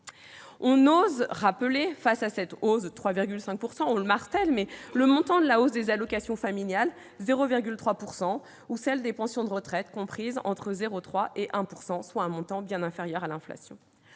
peine rappeler, face à cette hausse de 3,5 %, le montant de la hausse des allocations familiales, de 0,3 % ou celle des pensions de retraites, comprise entre 0,3 % et 1 %, soit un montant bien inférieur à l'inflation.